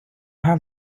have